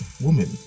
woman